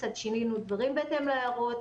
קצת שינינו דברים בהתאם להערות.